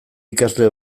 ikasle